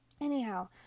anyhow